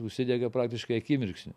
užsidega praktiškai akimirksniu